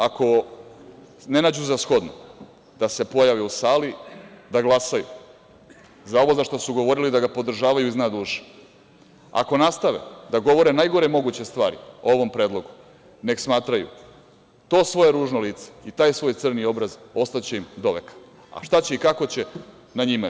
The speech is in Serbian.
Ako ne nađu za shodno da se pojave u sali da glasaju za ovo za šta su govorili da ga podržavaju iz dna duše, ako nastave da govore najgore moguće stvari o ovom predlogu, nek smatraju da to svoje ružno lice i taj svoj crni obraz ostaće im do veka, a šta će i kako će, na njima je.